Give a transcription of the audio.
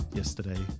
yesterday